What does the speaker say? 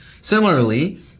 similarly